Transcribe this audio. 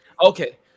Okay